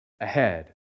ahead